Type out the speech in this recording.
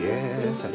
Yes